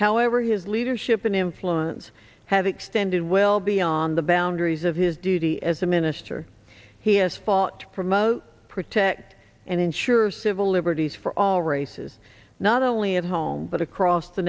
however his leadership and influence have extended well beyond the boundaries of his duty as a minister he has fought to promote protect and ensure civil liberties for all races not only at home but across the